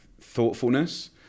thoughtfulness